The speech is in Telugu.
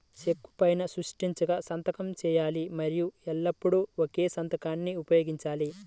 చెక్కు పైనా స్పష్టంగా సంతకం చేయాలి మరియు ఎల్లప్పుడూ ఒకే సంతకాన్ని ఉపయోగించాలి